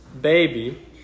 baby